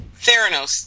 Theranos